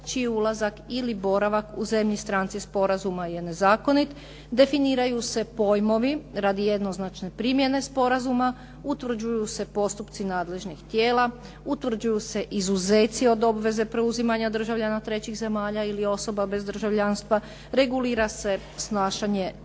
čiji ulazak ili boravak u zemlji stranci sporazuma je nezakonit. Definiraju se pojmovi radi jenoznačne primjene sporazuma, utvrđuju se postupci nadležnih tijela, utvrđuju se izuzeci od obveze preuzimanja državljana trećih zemalja ili osoba bez državljanstva, regulira se snašanje